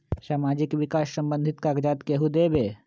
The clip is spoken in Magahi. समाजीक विकास संबंधित कागज़ात केहु देबे?